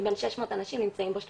מתוך כמעט 600 אנשים נמצאים 30